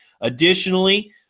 Additionally